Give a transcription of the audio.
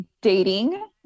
dating